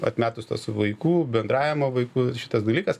atmetus tas vaikų bendravimą vaikų šitas dalykas